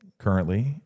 Currently